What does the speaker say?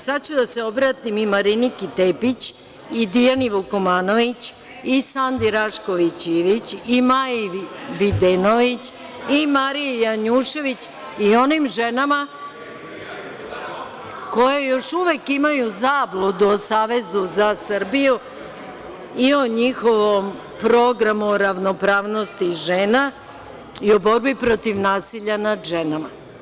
Sada ću da se obratim i Mariniki Tepić, i Dijani Vukomanović, i Sandi Rašković Ivić, i Maji Videnović, i Mariji Janjušević i onim ženama koje još uvek imaju zabludu o Savezu za Srbiju i o njihovom programu o ravnopravnosti žena i o borbi protiv nasilja nad ženama.